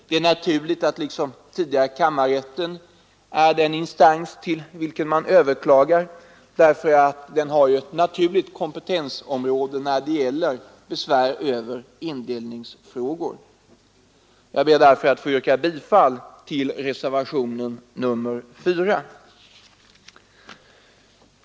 Det är naturligt att liksom tidigare kammarrätten är den instans till vilken man överklagar eftersom den har ett naturligt kompetensområde när det gäller besvär över indelningsfrågor. Jag ber därför att få yrka bifall till reservationen 4.